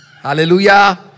Hallelujah